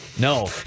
No